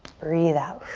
breathe out.